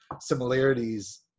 similarities